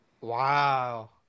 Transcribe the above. Wow